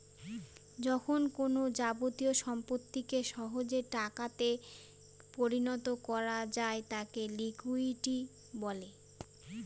যখন কোনো যাবতীয় সম্পত্তিকে সহজে টাকাতে পরিণত করা যায় তাকে লিকুইডিটি বলে